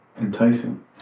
enticing